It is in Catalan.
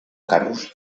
carros